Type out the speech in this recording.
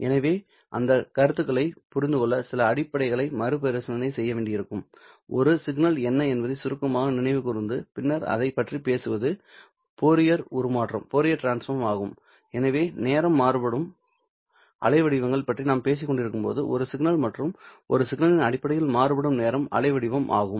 எனவே அந்த கருத்துகளைப் புரிந்து கொள்ள சில அடிப்படைகளை மறுபரிசீலனை செய்ய வேண்டியிருக்கும்ஒரு சிக்னல் என்ன என்பதை சுருக்கமாக நினைவு கூர்ந்து பின்னர் அதைப் பற்றி பேசுவது ஃபோரியர் உருமாற்றம் ஆகும் எனவே நேரம் மாறுபடும் அலைவடிவங்களை பற்றி நாம் பேசிக்கொண்டிருக்கும் ஒரு சிக்னல் மற்றும் ஒரு சிக்னலின் அடிப்படையில் மாறுபடும் நேரம் அலைவடிவம் ஆகும்